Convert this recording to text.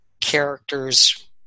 character's